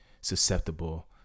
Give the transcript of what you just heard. susceptible